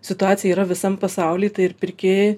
situacija yra visam pasauly tai ir pirkėjai